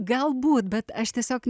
galbūt bet aš tiesiog